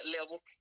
level